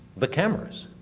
the cameras,